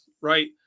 right